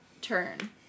turn